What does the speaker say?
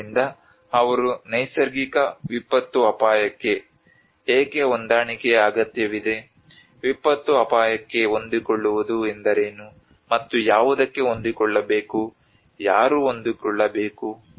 ಆದ್ದರಿಂದ ಅವರು ನೈಸರ್ಗಿಕ ವಿಪತ್ತು ಅಪಾಯಕ್ಕೆ ಏಕೆ ಹೊಂದಾಣಿಕೆಯ ಅಗತ್ಯವಿದೆ ವಿಪತ್ತು ಅಪಾಯಕ್ಕೆ ಹೊಂದಿಕೊಳ್ಳುವುದು ಎಂದರೇನು ಮತ್ತು ಯಾವುದಕ್ಕೆ ಹೊಂದಿಕೊಳ್ಳಬೇಕು ಯಾರು ಹೊಂದಿಕೊಳ್ಳಬೇಕು